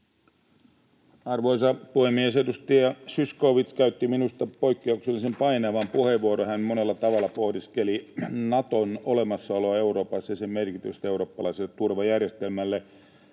Arvoisa puhemies! Minusta edustaja Zyskowicz käytti poikkeuksellisen painavan puheenvuoron. Hän monella tavalla pohdiskeli Naton olemassaoloa Euroopassa ja sen merkitystä eurooppalaiselle turvajärjestelmälle.